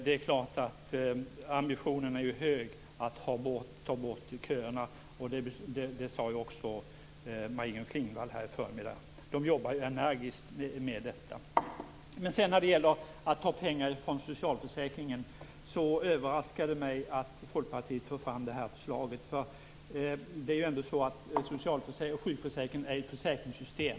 Det är klart att ambitionen att få bort köerna är hög, vilket också Maj-Inger Klingvall sade här i förmiddags. Regeringen jobbar ju energiskt med detta. Men sedan överraskar det mig att folkpartiet för fram förslaget att att ta pengar från socialförsäkringen. Det är ju ändå så att socialförsäkringen och sjukförsäkringen är ett försäkringssystem.